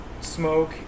smoke